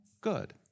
good